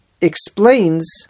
explains